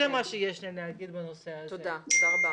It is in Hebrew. תודה רבה.